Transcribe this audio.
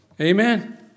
Amen